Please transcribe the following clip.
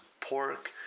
pork